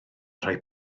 rhai